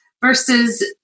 Versus